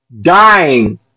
Dying